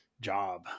job